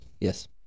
Yes